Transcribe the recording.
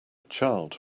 child